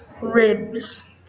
ribs